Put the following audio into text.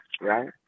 right